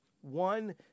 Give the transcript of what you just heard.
one